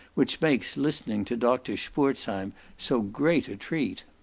which makes listening to dr. spurzheim so great a treat.